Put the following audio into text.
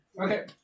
Okay